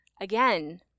again